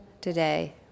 today